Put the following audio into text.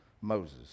Moses